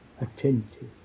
attentive